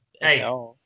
Hey